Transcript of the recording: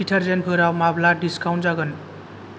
detergent फोराव माब्ला discount जागोन